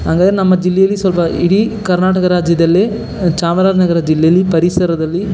ಹಂಗದ್ರೆ ನಮ್ಮ ಜಿಲ್ಲೆಯಲ್ಲಿ ಸ್ವಲ್ಪ ಇಡೀ ಕರ್ನಾಟಕ ರಾಜ್ಯದಲ್ಲೇ ಚಾಮರಾಜನಗರ ಜಿಲ್ಲೆಯಲ್ಲಿ ಪರಿಸರದಲ್ಲಿ